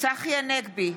צחי הנגבי,